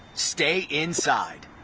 stay inside.